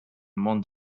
mond